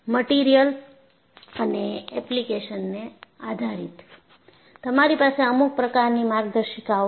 material અને application ને આધારિત તમારી પાસે અમુક પ્રકારની માર્ગદર્શિકાઓ છે